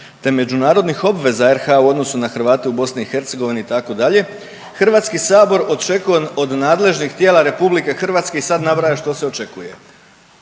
te međunarodnih obveza RH u odnosu na Hrvate u BiH itd. Hrvatski sabor očekuje od nadležnih tijela Republike Hrvatske i sad nabraja što se očekuje.